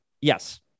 yes